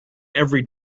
every